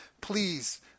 please